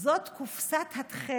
/ זאת קופסת התכלת,